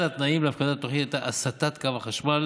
אחד התנאים להפקדת התוכנית היה הסטת קו החשמל